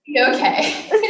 okay